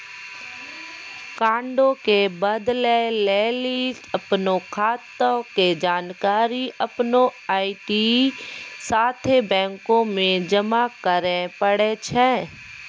कार्डो के बदलै लेली अपनो खाता के जानकारी अपनो आई.डी साथे बैंको मे जमा करै पड़ै छै